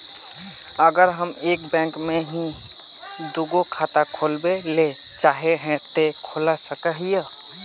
अगर हम एक बैंक में ही दुगो खाता खोलबे ले चाहे है ते खोला सके हिये?